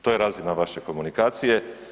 To je razina vaše komunikacije.